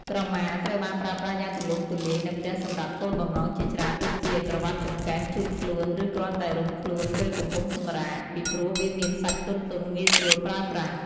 ក្រមាត្រូវបានប្រើប្រាស់យ៉ាងទូលំទូលាយនៅផ្ទះសម្រាប់គោលបំណងជាច្រើន ដូចជាក្រវាត់ចង្កេះ ជូតខ្លួន ឬគ្រាន់តែរុំខ្លួនពេលកំពុងសម្រាក ពីព្រោះវាមានសាច់ទន់ៗងាយស្រួលប្រើប្រាស់។